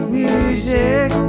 music